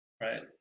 right